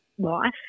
life